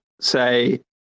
say